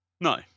No